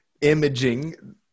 imaging